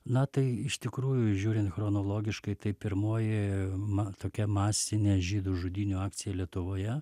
na tai iš tikrųjų žiūrint chronologiškai tai pirmoji man tokia masinė žydų žudynių akcija lietuvoje